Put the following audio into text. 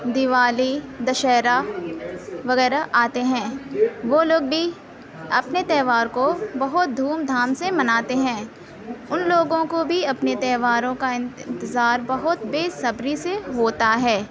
دیوالی دشہرہ وغیرہ آتے ہیں وہ لوگ بھی اپنے تہوار کو بہت دھوم دھام سے مناتے ہیں ان لوگوں کو بھی اپنے تہواروں کا انتظار بہت بےصبری سے ہوتا ہے